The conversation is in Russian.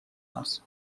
нас